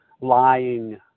lying